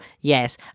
yes